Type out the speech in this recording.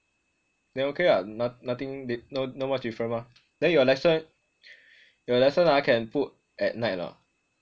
then okay lah no~ nothing d~ no not much difference mah then your lesson your lesson ah can put at night or not